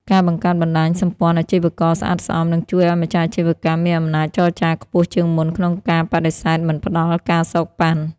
ការបង្កើតបណ្ដាញ "សម្ព័ន្ធអាជីវករស្អាតស្អំ" នឹងជួយឱ្យម្ចាស់អាជីវកម្មមានអំណាចចរចាខ្ពស់ជាងមុនក្នុងការបដិសេធមិនផ្ដល់ ការសូកប៉ាន់។